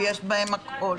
ויש בהם הכל.